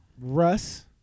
Russ